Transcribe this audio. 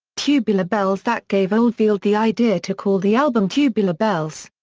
tubular bells that gave oldfield the idea to call the album tubular bells.